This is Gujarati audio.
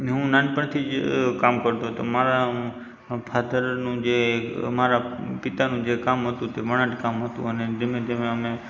હું નાનપણથી જ કામ કરતો હતો મારા ફાધરનું જે મારા પિતાનું જે કામ હતું તે વણાટ કામ હતું અને ધીમે ધીમે અમે